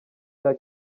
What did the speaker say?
cya